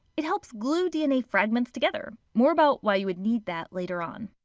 it helps glue dna fragments together. more about why you would need that later on.